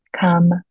Come